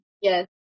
Yes